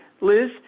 Liz